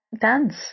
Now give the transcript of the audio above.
dance